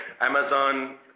Amazon